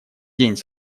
день